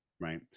right